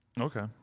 Okay